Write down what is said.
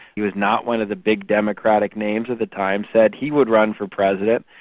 he was not one of the big democratic names at the time, said he would run for president,